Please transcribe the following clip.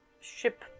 ship